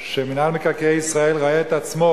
שמינהל מקרקעי ישראל רואה את עצמו,